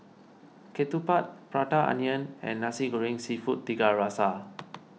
Ketupat Prata Onion and Nasi Goreng Seafood Tiga Rasa